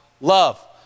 love